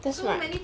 that's right